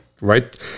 right